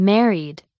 Married